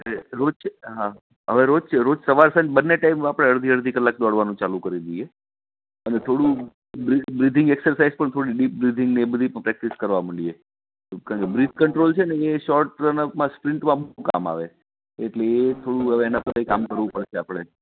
રોજ હા હવે રોજ રોજ સવાર સાંજ બન્ને ટાઈમ આપડે અડધી અડધી કલાક દોડવાનું ચાલુ કરી દઈએ અને થોડું બ્રિધી બ્રિધીંગ એક્સસાઇઝ પણ થોડી ડીપ બ્રિધીંગ ને એ બધી પ્રેક્ટિસ કરવા મંડીએ કારણ કે બ્રીથ કંટ્રોલ છે એ શોર્ટ રન અપ માં સ્પ્રિન્ટ લેવામાં કામ આવે એટલે એ થોડું એના પર કામ કરવું પડશે આપણે